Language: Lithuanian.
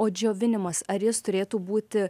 o džiovinimas ar jis turėtų būti